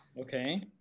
okay